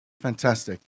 fantastic